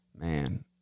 man